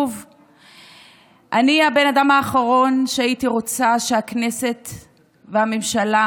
אני הבן אדם האחרון שהיה רוצה שהכנסת והממשלה,